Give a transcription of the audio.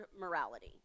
morality